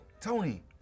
Tony